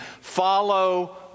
Follow